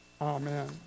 Amen